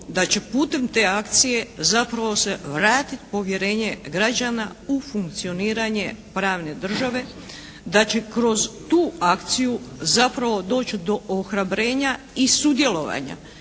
da će putem te akcije zapravo se vratiti povjerenje građana u funkcioniranje pravne države, da će kroz tu akciju zapravo doći do ohrabrenja i sudjelovanja